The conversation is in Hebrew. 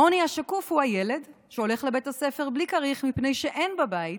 העוני השקוף הוא הילד שהולך לבית הספר בלי כריך מפני שאין בבית,